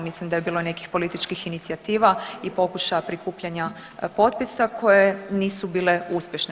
Mislim da je bilo nekih političkih inicijativa i pokušaja prikupljanja potpisa koje nisu bile uspješne.